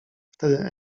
wtedy